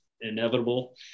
inevitable